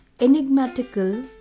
enigmatical